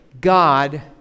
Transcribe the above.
God